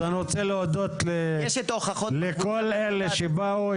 אז אני רוצה להודות לכל אלה שבאו,